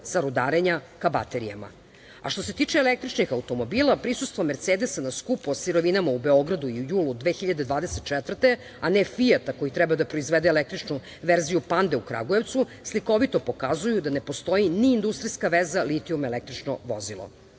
sa rudarenja ka baterijama. Što se tiče električnih automobila prisustvo Mercedesa na skupu u Beogradu, u julu 2024. godine, a ne Fijata koji treba da proizvede električnu verziju Pande u Kragujevcu, slikovito pokazuju da ne postoji ni industrijska veza litijum električno